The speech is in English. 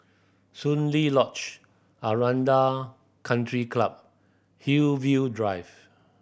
Soon Lee Lodge Aranda Country Club Hillview Drive